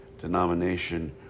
denomination